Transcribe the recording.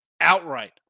outright